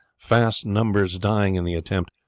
fast numbers dying in the attempt,